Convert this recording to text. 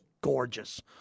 gorgeous